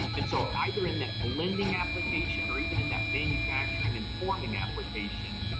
and so either in that blending application or even in that manufacturing and forming application,